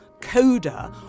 coda